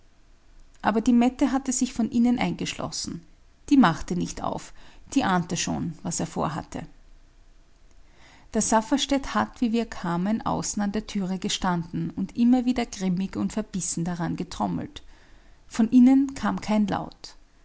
aber die mette hatte sich von innen eingeschlossen die machte nicht auf die ahnte schon was er vorhatte der safferstätt hat wie wir kamen außen an der türe gestanden und immer wieder grimmig und verbissen daran getrommelt von innen kam kein laut